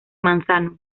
manzano